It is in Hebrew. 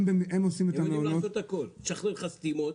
הם יודעים לעשות הכול לשחרר סתימות,